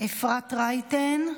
אפרת רייטן,